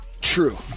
True